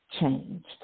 changed